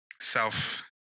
self